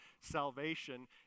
salvation